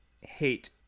hate